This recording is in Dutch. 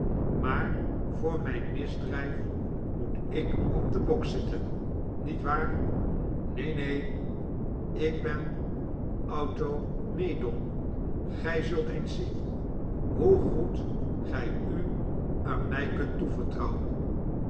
maar voor mijn misdrijf moet ik op den bok zitten niet waar neen neen ik ben automedon gij zult eens zien hoe goed gij u aan mij kunt toevertrouwen